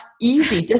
easy